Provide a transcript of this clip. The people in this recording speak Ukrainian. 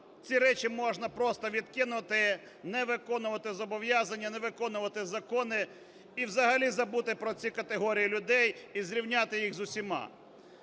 ці речі можна просто відкинути, не виконувати зобов'язання, не виконувати закони і взагалі забути про ці категорії людей, і зрівняти їх з усіма.